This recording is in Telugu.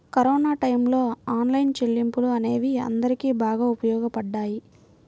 కరోనా టైయ్యంలో ఆన్లైన్ చెల్లింపులు అనేవి అందరికీ బాగా ఉపయోగపడ్డాయి